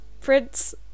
Prince